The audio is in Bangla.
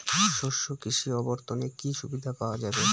শস্য কৃষি অবর্তনে কি সুবিধা পাওয়া যাবে?